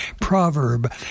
proverb